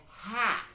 half